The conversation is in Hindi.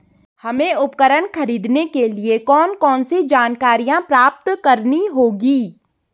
हमें उपकरण खरीदने के लिए कौन कौन सी जानकारियां प्राप्त करनी होगी?